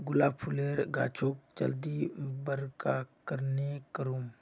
गुलाब फूलेर गाछोक जल्दी बड़का कन्हे करूम?